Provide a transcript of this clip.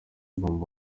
mama